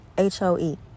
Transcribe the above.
hoe